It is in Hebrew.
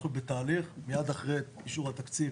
אנחנו בתהליך ומיד אחרי אישור התקציב